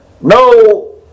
no